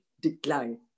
decline